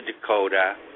Dakota